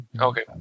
Okay